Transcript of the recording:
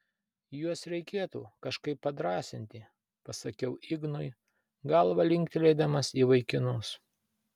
juos reikėtų kažkaip padrąsinti pasakiau ignui galva linktelėdamas į vaikinus